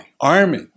Army